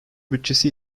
bütçesi